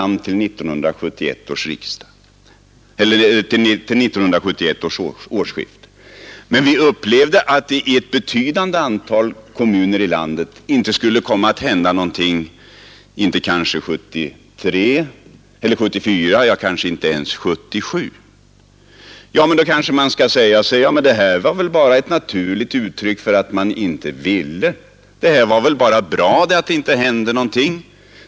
Men vi upplevde också att det i ett betydande antal kommuner i landet inte skulle komma att hända någonting fram till 1974 — ja, kanske inte ens fram till 1977. Då kanske någon säger: Ja, men det är väl i så fall bara ett naturligt uttryck för att man inte vill ha en sammanläggning, och då är det väl bra att det inte händer någonting.